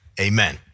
amen